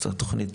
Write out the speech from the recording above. תוכנית